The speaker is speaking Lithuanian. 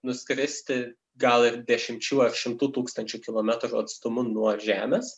nuskristi gal ir dešimčių ar šimtų tūkstančių kilometrų atstumu nuo žemės